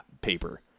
paper